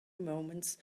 moments